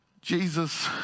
Jesus